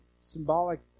symbolic